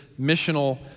missional